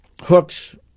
hooks